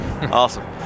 awesome